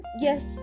Yes